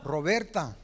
Roberta